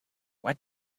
what